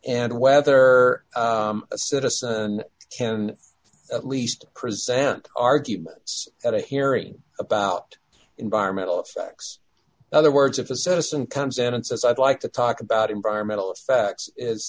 and whether a citizen can at least cresent arguments at a hearing about environmental effects other words if a citizen comes in and says i'd like to talk about environmental effects